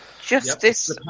justice